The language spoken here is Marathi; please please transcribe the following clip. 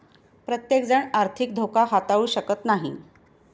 प्रत्येकजण आर्थिक धोका हाताळू शकत नाही